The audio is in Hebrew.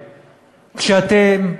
כשאתם,